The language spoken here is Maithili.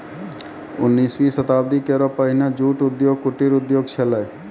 उन्नीसवीं शताब्दी केरो पहिने जूट उद्योग कुटीर उद्योग छेलय